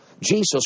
Jesus